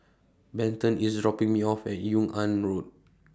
Benton IS dropping Me off At Yung An Road